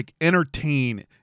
entertain